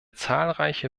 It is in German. zahlreiche